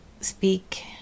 speak